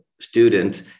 students